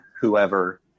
whoever